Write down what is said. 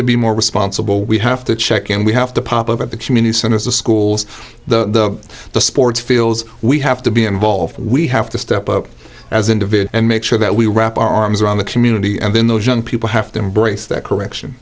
to be more responsible we have to check in we have to pop up at the community center is the schools the the sports fields we have to be involved we have to step up as end of it and make sure that we wrap our arms around the community and then those young people have to embrace that correction